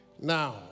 Now